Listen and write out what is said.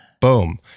boom